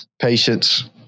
Patience